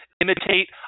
imitate